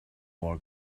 wore